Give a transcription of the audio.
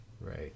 Right